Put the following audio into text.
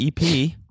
EP